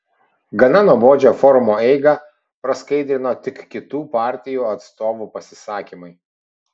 gana nuobodžią forumo eigą praskaidrino tik kitų partijų atstovų pasisakymai